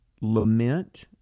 lament